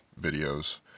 videos